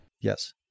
Yes